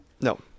No